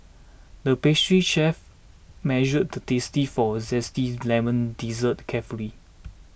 the pastry chef measured the tasty for a zesty Lemon Dessert carefully